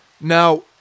Now